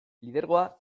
lidergoa